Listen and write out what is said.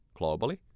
globally